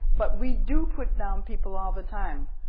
but we do put down people all the time.